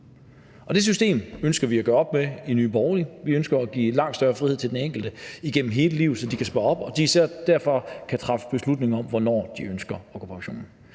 Det system ønsker vi at gøre op med i Nye Borgerlige. Vi ønsker at give langt større frihed til den enkelte igennem hele livet, så man kan spare op, og så man derudfra kan træffe beslutning om, hvornår man ønsker at